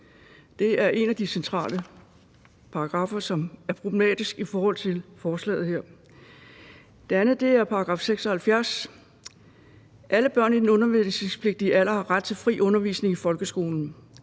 Det er en af de centrale paragraffer, som er problematiske i forhold til forslaget her. Den anden er § 76: »§ 76. Alle børn i den undervisningspligtige alder har ret til fri undervisning i folkeskolen.